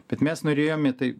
bet mes norėjome tai